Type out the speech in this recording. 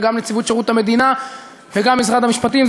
וגם נציבות שירות המדינה וגם משרד המשפטים.